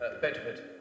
Bedford